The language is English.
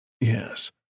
Yes